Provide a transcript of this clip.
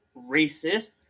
racist